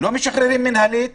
לא משחררים מינהלית.